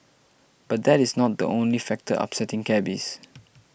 but that is not the only factor upsetting cabbies